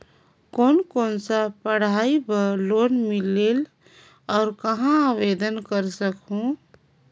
कोन कोन सा पढ़ाई बर लोन मिलेल और कहाँ आवेदन कर सकहुं?